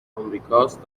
آمریکاست